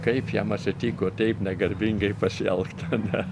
kaip jam atsitiko taip negarbingai pasielgt ane